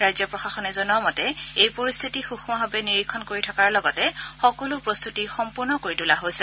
ৰাজ্য প্ৰশাসনে জনোৱা মতে এই পৰিস্থিতি সৃক্ষ্মভাৱে নিৰীক্ষণ কৰি থকাৰ লগতে সকলো প্ৰস্তুতি সম্পূৰ্ণ কৰি তোলা হৈছে